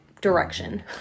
direction